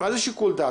מה זה שיקול דעת?